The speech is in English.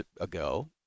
ago